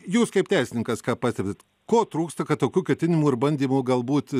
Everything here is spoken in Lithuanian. jūs kaip teisininkas ką pastebit ko trūksta kad tokių ketinimų ir bandymų galbūt